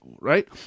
right